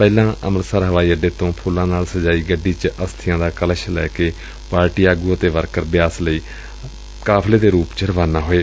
ਪਹਿਲਾਂ ਅੰਮਿਤਸਰ ਹਵਾਈ ਅੱਡੇ ਤੋਂ ਫੁੱਲਾਂ ਨਾਲ ਸਜਾਈ ਗੱਡੀ ਚ ਅਸਬੀਆਂ ਦਾ ਕਲਸ਼ ਲੈ ਕੇ ਪਾਰਟੀ ਆਗੁ ਅਤੇ ਵਰਕਰ ਬਿਆਸ ਲਈ ਕਾਫਲੇ ਦੇ ਰੁਪ ਚ ਰਵਾਨਾ ਹੋਏ